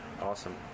awesome